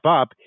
up